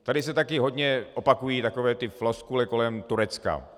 Tady se taky hodně opakují takové ty floskule kolem Turecka.